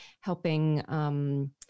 helping